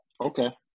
Okay